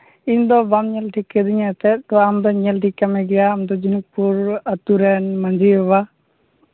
ᱤᱧᱫᱚ ᱵᱟᱢ ᱧᱮᱞ ᱴᱷᱤᱠ ᱠᱟᱹᱫᱤᱧᱟ ᱛᱚ ᱟᱢᱫᱚᱧ ᱧᱮᱞ ᱴᱷᱤᱠ ᱠᱟᱜ ᱢᱮᱜᱮᱭᱟ ᱟᱢ ᱫᱚ ᱡᱷᱤᱱᱩᱠᱯᱩᱨ ᱟᱹᱛᱩ ᱨᱮᱱ ᱢᱟᱹᱡᱷᱤ ᱵᱟᱵᱟ